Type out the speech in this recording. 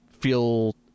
feel